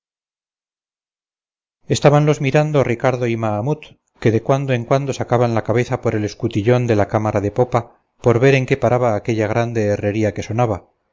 malheridos estábanlos mirando ricardo y mahamut que de cuando en cuando sacaban la cabeza por el escutillón de la cámara de popa por ver en qué paraba aquella grande herrería que sonaba